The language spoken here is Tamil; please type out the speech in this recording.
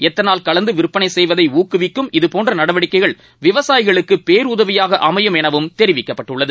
எத்தனால் கலந்து விற்பனை செய்வதை ஊக்குவிக்கும் இதுபோன்ற நடவடிக்கைகள் விவசாயிகளுக்கு பேருதவியாக அமையும் எனவும் தெரிவிக்கப்பட்டுள்ளது